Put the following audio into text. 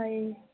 ହଁ ଏ